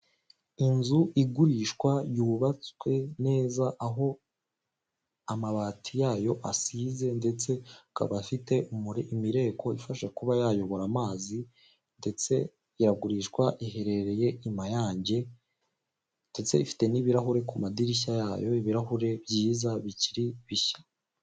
Inzu igurishwa yubatswe neza aho amabati yayo asize ndetse akaba afite imireko ifasha kuba yayobora amazi ndetse iragurishwa iherereye i Mayange ndetse ifite n'ibirahuri ku madirishya yayo ibirahuri byiza bikiri bishya.